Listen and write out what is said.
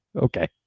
Okay